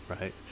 right